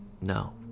no